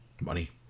money